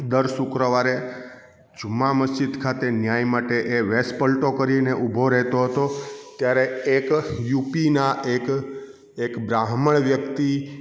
દર શુક્રવારે જુમા મસ્જિદ ખાતે ન્યાય માટે એ વેશપલટો કરીને ઊભો રહેતો હતો ત્યારે એક યુપીના એક એક બ્રાહ્મણ વ્યક્તિ